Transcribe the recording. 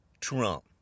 Trump